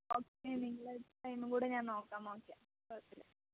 okay നിങ്ങളുടെ ടൈമും കൂടെ ഞാൻ നോക്കാം ഓക്കെ കുഴപ്പമില്ല